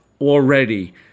already